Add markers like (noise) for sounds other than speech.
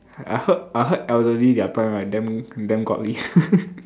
I heard I heard elderly their prime right damn damn godly (laughs)